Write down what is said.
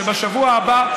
שבשבוע הבא,